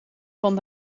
van